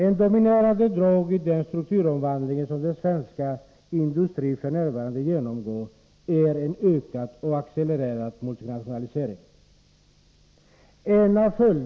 Ett dominerande drag i den strukturomvandling som den svenska industrin f. n. genomgår är en ökad och accelererad multinationalisering.